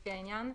לפי העניין,